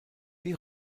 die